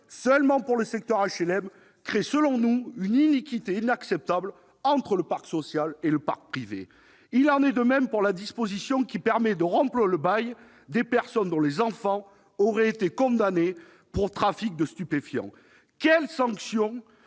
seulement pour le secteur HLM crée une iniquité inacceptable entre le parc social et le parc privé. Il en est de même pour la disposition permettant de rompre le bail des personnes dont les enfants auraient été condamnés pour trafic de stupéfiants. Quelle est la sanction